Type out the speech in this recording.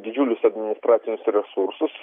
didžiulius administracinius resursus